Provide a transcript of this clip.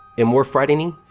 and, more frightening,